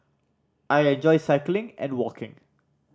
I enjoy cycling and walking